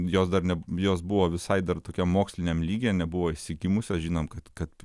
jos dar ne jos buvo visai dar tokiam moksliniam lygyje nebuvo išsigimusios žinom kad kad